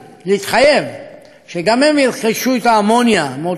שגם הם ירכשו את האמוניה מאותו מפעל,